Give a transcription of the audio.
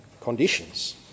conditions